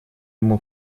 ему